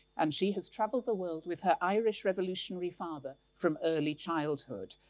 and she has travelled the world with her irish revolutionary father, from early childhood,